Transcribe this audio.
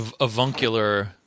avuncular